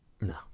No